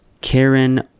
Karen